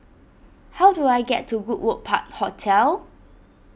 how do I get to Goodwood Park Hotel